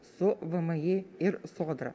su vmi ir sodra